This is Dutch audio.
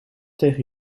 tegen